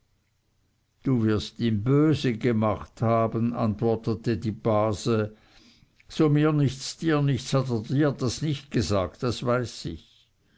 du wirst ihn böse gemacht haben antwortete die base so mir nichts dir nichts hat er dir das nicht gesagt das weiß ich